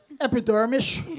Epidermis